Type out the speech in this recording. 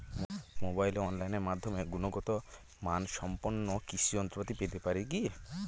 মোবাইলে অনলাইনের মাধ্যমে গুণগত মানসম্পন্ন কৃষি যন্ত্রপাতি পেতে পারি কি?